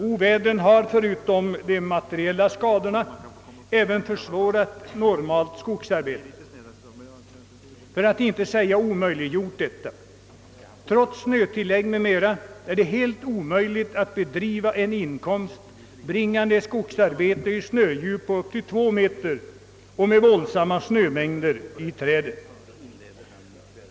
Ovädren har förutom de materiella skadorna även försvårat — för att inte säga omöjliggjort — det normala skogsarbetet. Trots snötillägg m.m. är det helt omöjligt att bedriva ett inkomstbringande skogsarbete i snödjup på upp till två meter och med stora snömängder i träden.